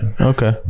okay